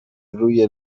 روی